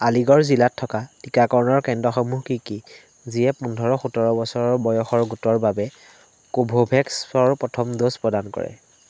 আলিগড় জিলাত থকা টীকাকৰণ কেন্দ্ৰসমূহ কি কি যিয়ে পোন্ধৰ সোতৰ বছৰ বয়সৰ গোটৰ বাবে কোভোভেক্সৰ প্ৰথম ড'জ প্ৰদান কৰে